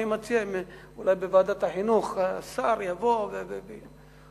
אני מציע שאולי השר יבוא לוועדת החינוך.